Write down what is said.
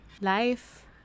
life